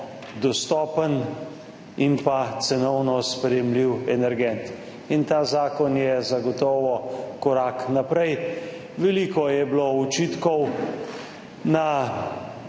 dostopen in pa cenovno sprejemljiv energent in ta zakon je zagotovo korak naprej. Veliko je bilo očitkov na